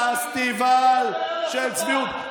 פסטיבל של צביעות.